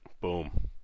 boom